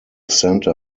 centre